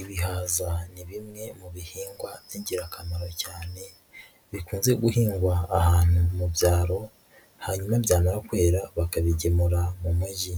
Ibihaza ni bimwe mu bihingwa by'ingirakamaro cyane, bikunze guhingwa ahantu mu byaro, hanyuma byamara kwera, bakabigemura mu mujyi.